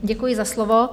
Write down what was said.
Děkuji za slovo.